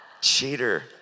Cheater